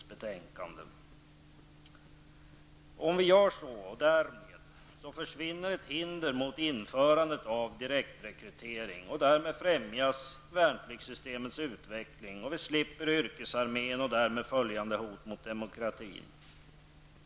Om vi avskaffar prövningsförfarandet försvinner ett hinder för direktrekrytering, och därmed främjas en utveckling av värnpliktssystemet, så att vi slipper en yrkesarmé och därav följande hot mot demokratin.